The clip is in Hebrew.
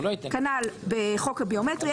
כנ"ל בחוק הביומטרי,